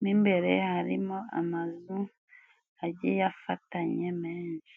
mo imbere harimo amazu agiye afatanye menshi.